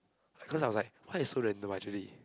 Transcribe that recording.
because I was like why you so random actually